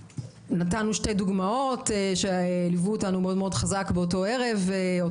נתנו שתי דוגמאות שליוו אותנו מאוד מאוד חזק באותו לילה,